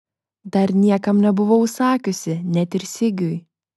dar niekam nebuvau sakiusi net ir sigiui